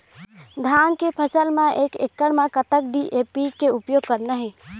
धान के फसल म एक एकड़ म कतक डी.ए.पी के उपयोग करना हे?